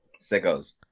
sickos